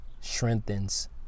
strengthens